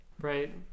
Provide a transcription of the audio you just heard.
Right